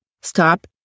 Stop